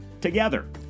together